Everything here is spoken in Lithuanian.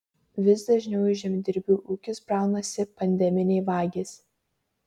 vis dažniau į žemdirbių ūkius braunasi pandeminiai vagys